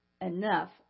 enough